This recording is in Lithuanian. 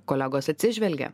kolegos atsižvelgia